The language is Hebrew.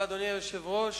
אדוני היושב-ראש,